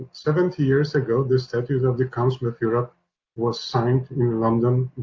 seventy years ago, the statute of the council of europe was signed in london,